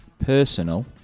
personal